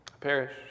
perish